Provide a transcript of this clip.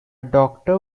doctor